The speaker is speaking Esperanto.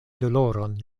doloron